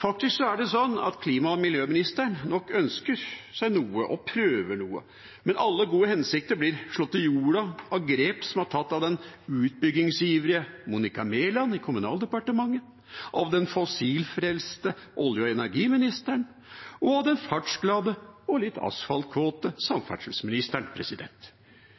Faktisk er det sånn at klima- og miljøministeren nok ønsker seg noe og prøver noe, men alle gode hensikter blir slått til jorda av grep som er tatt av den utbyggingsivrige Monica Mæland i Kommunaldepartementet, den fossilfrelste olje- og energiministeren og den fartsglade og litt asfaltkåte samferdselsministeren.